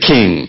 King